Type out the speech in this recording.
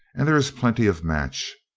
and there is plenty of match.